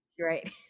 Right